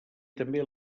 també